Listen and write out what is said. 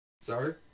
Sorry